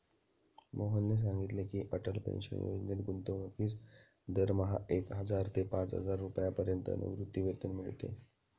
मोहनने सांगितले की, अटल पेन्शन योजनेत गुंतवणूकीस दरमहा एक हजार ते पाचहजार रुपयांपर्यंत निवृत्तीवेतन मिळते